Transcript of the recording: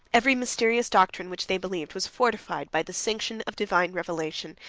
every mysterious doctrine which they believed, was fortified by the sanction of divine revelation,